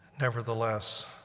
Nevertheless